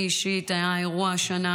לי אישית היה אירוע השנה,